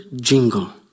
jingle